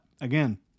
again